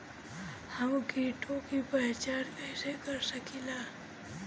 हम कीटों की पहचान कईसे कर सकेनी?